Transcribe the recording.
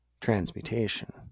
transmutation